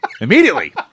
immediately